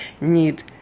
need